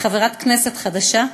כחברת כנסת חדשה,